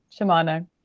Shimano